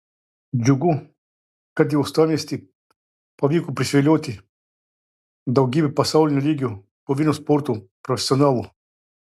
džiugu kad į uostamiestį pavyko privilioti daugybę pasaulinio lygio kovinio sporto profesionalų